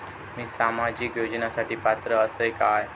मी सामाजिक योजनांसाठी पात्र असय काय?